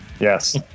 Yes